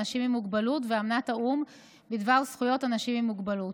מוגבלות ואמנת האו"ם בדבר זכויות אנשים עם מוגבלות.